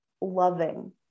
loving